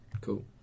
Cool